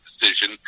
decision